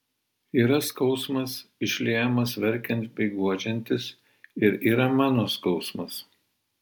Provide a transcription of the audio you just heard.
yra skausmas išliejamas verkiant bei guodžiantis ir yra mano skausmas